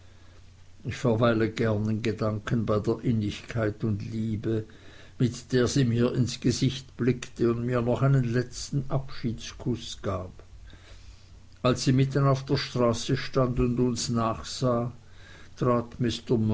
ich verweile gern in gedanken bei der innigkeit und liebe mit der sie mir ins gesicht blickte und mir noch einen letzten abschiedskuß gab als sie mitten auf der straße stand und uns nachsah trat